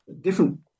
different